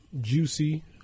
Juicy